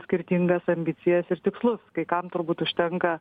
skirtingas ambicijas ir tikslus kai kam turbūt užtenka